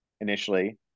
initially